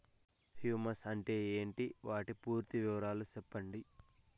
Humus అంటే ఏంటి? వాటి పూర్తి వివరాలు సెప్పండి?